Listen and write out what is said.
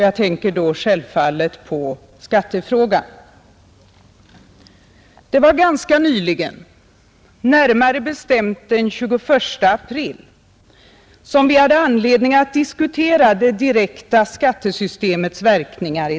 Jag tänker självfallet på skattefrågan. Det var ganska nyligen, närmare bestämt den 21 april, som vi i denna kammare hade anledning att diskutera det direkta skattesystemets verkningar.